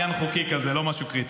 זה רק עניין חוקי כזה, לא משהו קריטי.